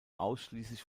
ausschließlich